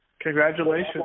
Congratulations